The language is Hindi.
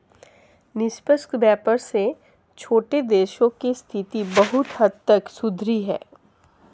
निष्पक्ष व्यापार से छोटे देशों की स्थिति बहुत हद तक सुधरी है